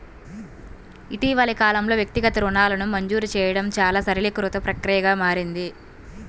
ఇటీవలి కాలంలో, వ్యక్తిగత రుణాలను మంజూరు చేయడం చాలా సరళీకృత ప్రక్రియగా మారింది